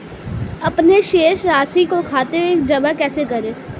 अपने शेष राशि को खाते में जमा कैसे करें?